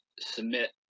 submit